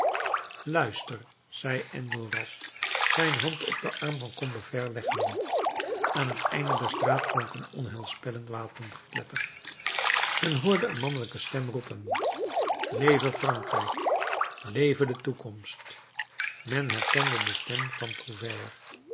luister zei enjolras zijn hand op den arm van combeferre leggende aan het einde der straat klonk een onheilspellend wapengekletter men hoorde een mannelijke stem roepen leve frankrijk leve de toekomst men herkende de stem van prouvaire